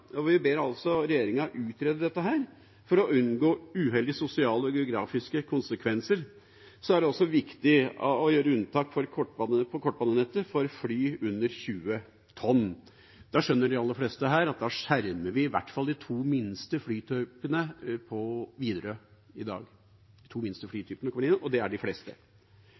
og vi ber regjeringa utrede dette for å unngå uheldige sosiale og geografiske konsekvenser. Det er viktig å gjøre unntak på kortbanenettet for fly under 20 tonn. Da skjønner de aller fleste her at vi skjermer i hvert fall de to minste flytypene til Widerøe i dag, og det er de fleste. Jeg synes det er